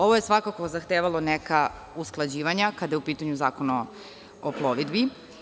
Ovo je svakako zahtevalo neka usklađivanja kada je u pitanju Zakon o plovidbi.